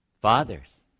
Fathers